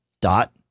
dot